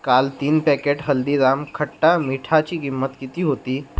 काल तीन पॅकेट हल्दीराम खट्टामीठाची किंमत किती होती